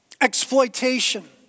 exploitation